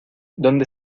donde